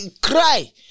Cry